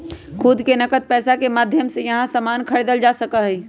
खुद से नकद पैसा के माध्यम से यहां सामान खरीदल जा सका हई